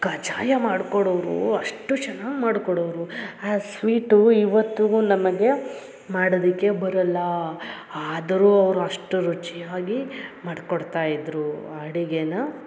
ಕಜ್ಜಾಯ ಮಾಡ್ಕೊಡೋರು ಅಷ್ಟು ಚೆನ್ನಾಗಿ ಮಾಡ್ಕೊಡೋರು ಆ ಸ್ವೀಟು ಇವತ್ತುಗು ನಮಗೆ ಮಾಡದಕ್ಕೆ ಬರಲ್ಲಾ ಆದರು ಅವ್ರ ಅಷ್ಟು ರುಚಿಯಾಗಿ ಮಾಡ್ಕೊಡ್ತಾ ಇದ್ದರು ಅಡುಗೇನ